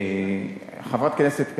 חברת כנסת,